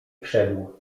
wszedł